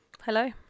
Hello